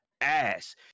ass